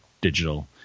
digital